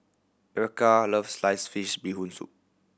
Erykah loves sliced fish Bee Hoon Soup